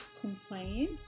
complain